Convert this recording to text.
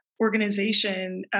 organization